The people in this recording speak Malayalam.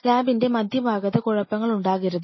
ലാബിന്റെ മധ്യഭാഗത്ത് കുഴപ്പങ്ങൾ ഉണ്ടാക്കരുത്